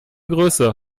größe